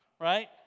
Right